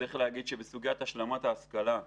צריך להגיד שבסוגיה הזאת אנחנו